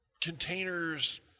containers